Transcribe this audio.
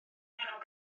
nghanol